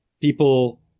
people